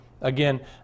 Again